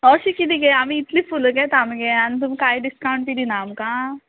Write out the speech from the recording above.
अशें किदें गे आमी इतलीं फुलां घेता मगे आनी तुमका कांय डिसकावण्ट बी दिना आमकां